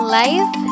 life